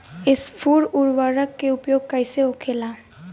स्फुर उर्वरक के उपयोग कईसे होखेला?